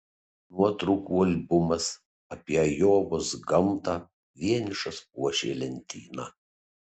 nuotraukų albumas apie ajovos gamtą vienišas puošė lentyną